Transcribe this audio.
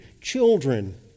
Children